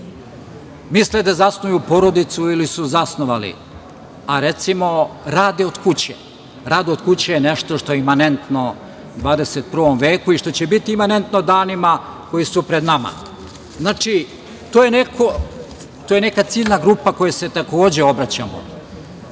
misle da zasnuju porodicu ili su zasnovali, a recimo rade od kuće nešto što je imanentno 21. veku i što će biti imanentno danima koji su pred nama. Znači, to je neka ciljna grupa kojoj se takođe obraćamo. Ono